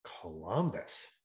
Columbus